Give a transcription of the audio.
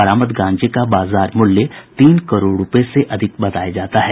बरामद गांजे का बाजार मूल्य तीन करोड़ रूपये से अधिक बताया जाता है